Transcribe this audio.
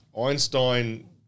Einstein